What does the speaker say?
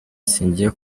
singiye